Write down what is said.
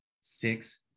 six